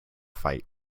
fight